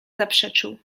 zaprzeczył